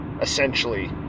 Essentially